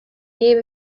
year